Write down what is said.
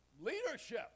leadership